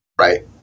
right